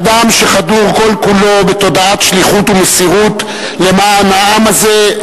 אדם שחדור כל כולו בתודעת שליחות ומסירות למען העם הזה,